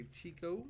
Chico